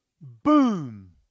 boom